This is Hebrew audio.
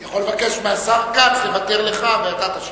אני יכול לבקש מהשר כץ לוותר לך, ואתה תשיב.